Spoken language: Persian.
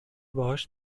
باهاش